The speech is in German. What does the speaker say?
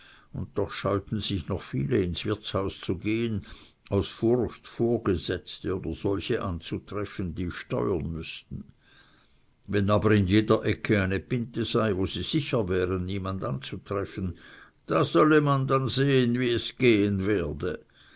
und doch scheuten sich noch viele ins wirtshaus zu gehen aus furcht vorgesetzte oder solche anzutreffen die steuern müßten wenn aber in jeder ecke eine pinte sei wo sie sicher wären niemand anzutreffen da solle man dann sehen wie es gehen werde